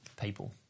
people